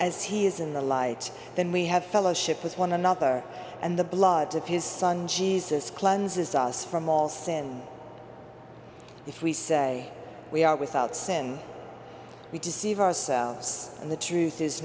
as he is in the light then we have fellowship with one another and the blood to his son jesus cleanses us from all sin if we say we are without sin we deceive ourselves and the truth is